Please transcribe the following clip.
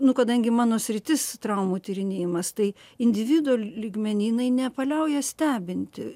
nu kadangi mano sritis traumų tyrinėjimas tai individo lygmeny jinai nepaliauja stebinti